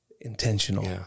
intentional